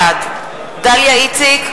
בעד דליה איציק,